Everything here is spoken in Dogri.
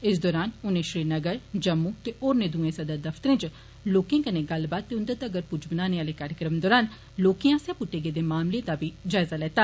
इस दौरान उनें श्रीनगर जम्मू ते होरने दुए सदरदफतरे च लोकें कन्नै गल्लबात ते उन्दे तक्कर पुज्ज बनाने आले कार्यक्रम दौरान लोकें आस्सेआ पुष्टे गेदे मामलें दा बी जायज़ा लैता